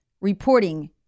reporting